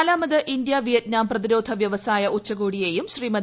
നാലാമത് India Vietnam പ്രതിരോധ വൃവസായ ഉച്ചകോടിയെയും ശ്രീമതി